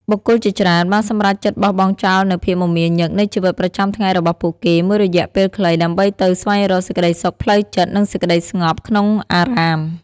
បុគ្គលជាច្រើនបានសម្រេចចិត្តបោះបង់ចោលនូវភាពមមាញឹកនៃជីវិតប្រចាំថ្ងៃរបស់ពួកគេមួយរយៈពេលខ្លី ដើម្បីទៅស្វែងរកសេចក្តីសុខផ្លូវចិត្តនិងសេចក្តីស្ងប់ក្នុងអារាម។